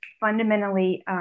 fundamentally